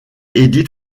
edith